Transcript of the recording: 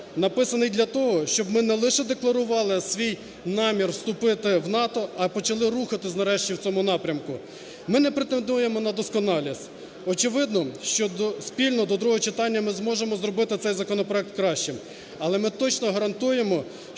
Написаний для того, щоб ми не лише декларували свій намір вступити в НАТО, а почали рухатись нарешті в цьому напрямку. Ми не претендуємо на досконалість, очевидно, що спільно до другого читання ми зможемо зробити цей законопроект кращим. Але ми точно гарантуємо,